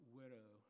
widow